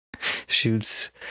shoots